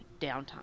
downtime